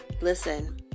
listen